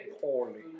poorly